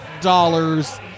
dollars